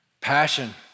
Passion